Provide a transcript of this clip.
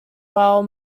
while